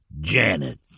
Janet